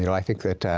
you know i think that